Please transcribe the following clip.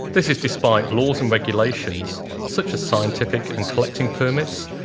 this is despite laws and regulations, such as scientific and collecting permits,